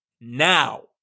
now